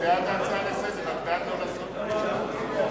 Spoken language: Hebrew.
התרבות והספורט נתקבלה.